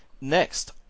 next